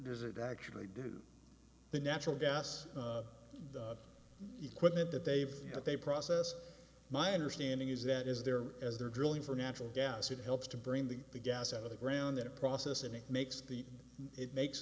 does it actually do the natural gas the equipment that they've got they process my understanding is that is there as they're drilling for natural gas it helps to bring the gas out of the ground that process and it makes the it makes